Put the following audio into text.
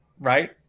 right